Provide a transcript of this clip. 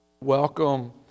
Welcome